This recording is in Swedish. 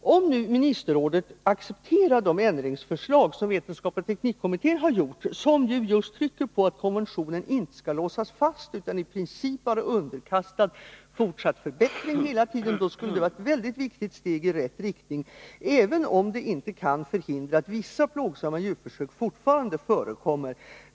Om ministerrådet accepterar de ändringsförslag som vetenskapsoch teknikkommittén förordar och som trycker på att konventionen inte skall låsas fast utan i princip vara underkastad fortsatt förbättring hela tiden, så skulle detta vara ett väldigt viktigt steg i rätt riktning, även om det inte kan förhindra att vissa plågsamma djurförsök fortfarande förekommer.